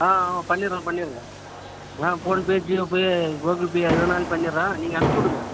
ஆ ஆ பண்ணிடுறோம் பண்ணிடுறோம் ஆ ஃபோன்பே ஜியோபே கூகுள்பே அது மாதிரி பண்ணிடுறேன் நீங்கள் அனுப்ச்சிவிடுங்க